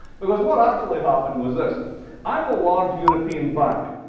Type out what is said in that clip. because what actually happened was this i'm a large european bank.